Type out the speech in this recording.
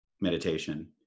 meditation